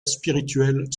spirituel